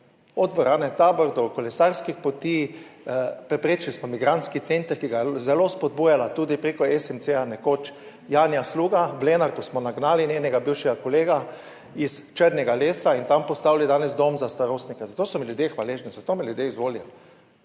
Od Dvorane Tabor do kolesarskih poti, preprečili smo migrantski center, ki ga je zelo spodbujala tudi preko SMC ja, nekoč Janja Sluga, v Lenartu smo nagnali njenega bivšega kolega iz Črnega lesa in tam postavili danes dom za starostnike. Za to so mi ljudje hvaležni, za to me ljudje izvolijo.